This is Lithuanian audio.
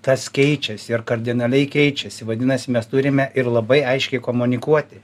tas keičiasi ir kardinaliai keičiasi vadinasi mes turime ir labai aiškiai komunikuoti